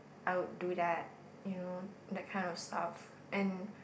I would do that you know that kind of stuff and